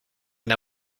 n’a